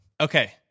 Okay